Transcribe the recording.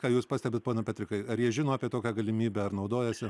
ką jūs pastebit pone petrikai ar jie žino apie tokią galimybę ar naudojasi